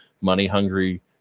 money-hungry